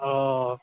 ओ